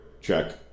Check